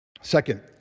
Second